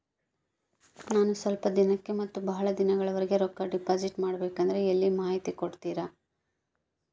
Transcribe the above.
ನಾನು ಸ್ವಲ್ಪ ದಿನಕ್ಕ ಮತ್ತ ಬಹಳ ದಿನಗಳವರೆಗೆ ರೊಕ್ಕ ಡಿಪಾಸಿಟ್ ಮಾಡಬೇಕಂದ್ರ ಎಲ್ಲಿ ಮಾಹಿತಿ ಕೊಡ್ತೇರಾ?